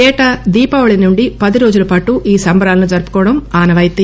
ఏటా దీపావళి నుంచి పది రోజులపాటు ఈ సంబరాలను జరుపుకోవడం ఆనవాయితి